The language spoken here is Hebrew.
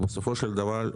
ובסופו של דבר,